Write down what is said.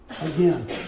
Again